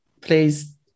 please